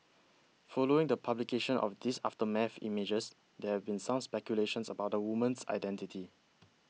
following the publication of these aftermath images there have been some speculations about the woman's identity